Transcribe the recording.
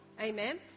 Amen